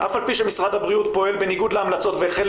אף על פי שמשרד הבריאות פועל בניגוד להמלצות והחל